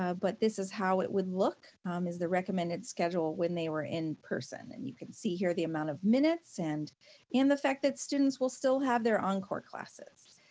but this is how it would look um is the recommended schedule when they were in-person. and you can see here the amount of minutes and and the fact that students will still have their encore classes,